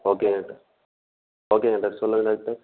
okay ட ஓகேங்க டாக்ட் சொல்லுங்கள் டாக்டர்